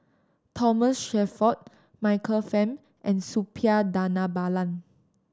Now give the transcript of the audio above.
Thomas Shelford Michael Fam and Suppiah Dhanabalan